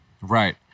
Right